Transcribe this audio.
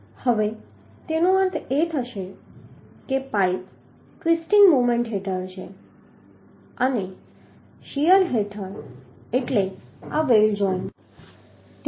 હવે તેનો અર્થ એ થશે કે પાઈપ ટ્વીસ્ટિંગ મોમેન્ટ હેઠળ હશે અને આ વેલ્ડ જોઈન્ટ શીયર હેઠળ